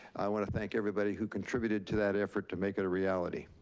want to thank everybody who contributed to that effort to make it a reality.